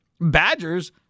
Badgers